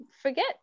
forget